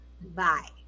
bye